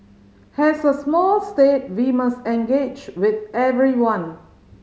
as a small state we must engage with everyone